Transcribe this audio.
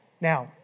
Now